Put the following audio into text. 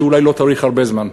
שאולי לא תהיה הרבה זמן,